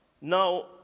now